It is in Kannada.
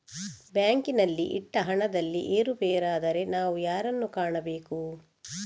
ಬ್ಯಾಂಕಿನಲ್ಲಿ ಇಟ್ಟ ಹಣದಲ್ಲಿ ಏರುಪೇರಾದರೆ ನಾವು ಯಾರನ್ನು ಕಾಣಬೇಕು?